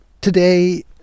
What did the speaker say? today